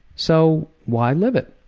so why live it?